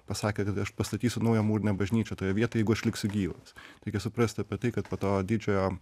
pasakė kad aš pastatysiu naują mūrinę bažnyčią toje vietoj išliksiu gyvas reikia suprasti apie tai kad po to didžiojo